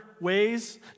ways